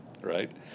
right